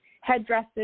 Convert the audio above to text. headdresses